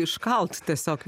iškalti tiesiog